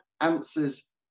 answers